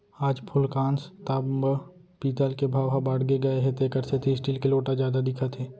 आज फूलकांस, तांबा, पीतल के भाव ह बाड़गे गए हे तेकर सेती स्टील के लोटा जादा दिखत हे